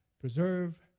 preserve